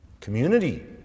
community